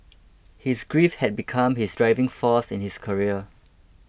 his grief had become his driving force in his career